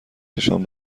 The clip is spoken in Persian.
چشام